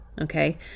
okay